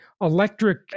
electric